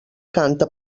canta